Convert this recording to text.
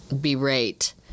berate